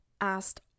asked